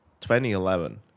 2011